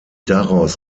daraus